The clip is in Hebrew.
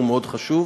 הוא מאוד חשוב.